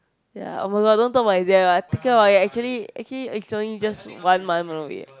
ya oh-my-god don't talk about exam I thinking about it actually actually it's only just one month away